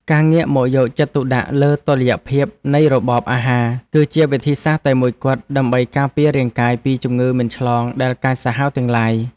ការងាកមកយកចិត្តទុកដាក់លើតុល្យភាពនៃរបបអាហារគឺជាវិធីសាស្ត្រតែមួយគត់ ដើម្បីការពាររាងកាយពីជំងឺមិនឆ្លងដែលកាចសាហាវទាំងឡាយ។